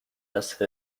است